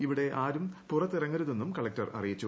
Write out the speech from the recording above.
ഇവിടെ ആരും പുറത്തിറങ്ങരുതെന്നും കലക്ടർ അറിയിച്ചു